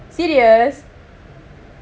serious